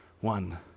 one